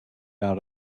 out